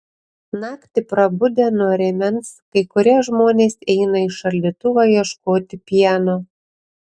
naktį prabudę nuo rėmens kai kurie žmonės eina į šaldytuvą ieškoti pieno